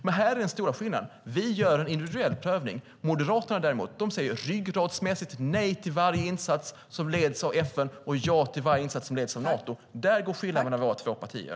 Men här är den stora skillnaden: Vi gör en individuell prövning. Moderaterna däremot säger ryggmärgsmässigt nej till varje insats som leds av FN och ja till varje insats som leds av Nato. Där går skillnaden mellan våra två partier.